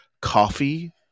coffee